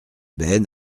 ben